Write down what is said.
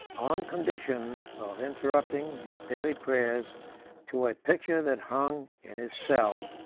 on condition of interrupting his daily prayers to a picture that hung in his cell.